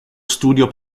studio